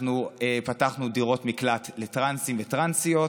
אנחנו פתחנו דירות מקלט לטרנסים וטרנסיות,